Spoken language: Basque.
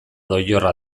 doilorra